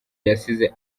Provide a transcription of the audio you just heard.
yasize